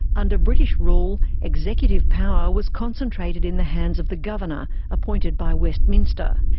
under british rule, executive power was concentrated in the hands of the governor, appointed by westminster.